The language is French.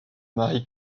marie